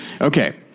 Okay